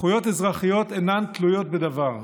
זכויות אזרחיות אינן תלויות בדבר,